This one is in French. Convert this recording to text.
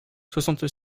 soixante